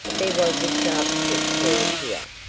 there was a sharp click heard here,